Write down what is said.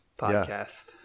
podcast